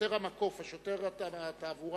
שוטר המקוף, שוטר התעבורה